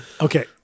Okay